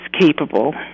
capable